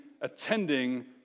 attending